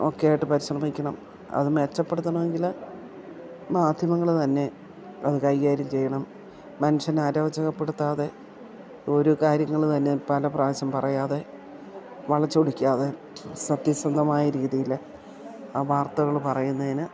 ഒക്കെയായിട്ട് പരിശ്രമിക്കണം അത് മെച്ചപ്പെടുത്തണമെങ്കിൽ മാധ്യമങ്ങൾ തന്നെ അത് കൈകാര്യം ചെയ്യണം മനുഷ്യനെ അരോചകപ്പെടുത്താതെ ഓരോ കാര്യങ്ങൾ തന്നെ പലപ്രാവശ്യം പറയാതെ വളച്ചൊടിക്കാതെ സത്യസന്ധമായ രീതിയിൽ ആ വാർത്തകൾ പറയുന്നതിന്